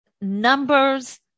numbers